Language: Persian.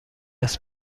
است